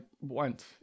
want